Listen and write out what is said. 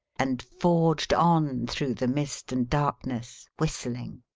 and forged on through the mist and darkness whistling.